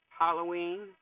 Halloween